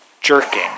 jerking